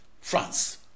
France